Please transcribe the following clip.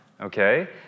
Okay